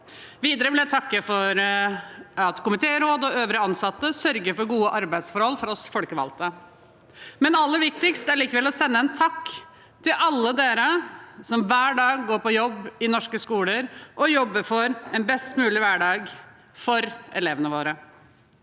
Videre vil jeg takke for at komitéråd og øvrige ansatte sørger for gode arbeidsforhold for oss folkevalgte. Aller viktigst er det likevel å sende en takk til alle dere som hver dag går på jobb i norske skoler og jobber for en best mulig hverdag for elevene våre.